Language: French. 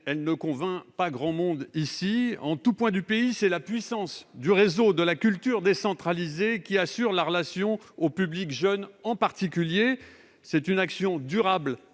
elle ne convainc pas grand monde ici. En tout point du pays, c'est la puissance du réseau de la culture décentralisée qui assure la relation au public jeune, en particulier. C'est une action durable